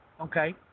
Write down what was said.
Okay